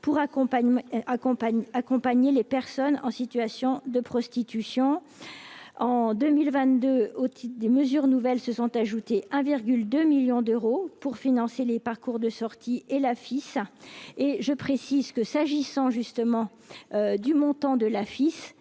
accompagner les personnes en situation de prostitution en 2022 au titre des mesures nouvelles se sont ajoutées 2 millions d'euros pour financer les parcours de sortie et la FIS et je précise que, s'agissant justement du montant de la FIS,